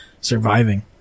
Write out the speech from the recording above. surviving